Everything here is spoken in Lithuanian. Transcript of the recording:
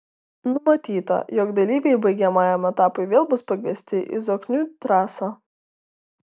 numatyta jog dalyviai baigiamajam etapui vėl bus pakviesti į zoknių trasą